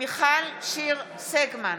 מיכל שיר סגמן,